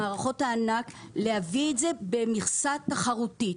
למערכות הענק להביא את זה במכסה תחרותית.